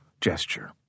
gesture